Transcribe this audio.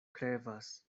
krevas